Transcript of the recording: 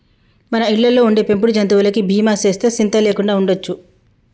మన ఇళ్ళలో ఉండే పెంపుడు జంతువులకి బీమా సేస్తే సింత లేకుండా ఉండొచ్చు